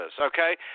okay